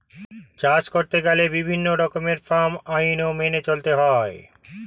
চাষ করতে গেলে বিভিন্ন রকমের ফার্ম আইন মেনে চলতে হয়